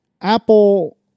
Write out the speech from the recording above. Apple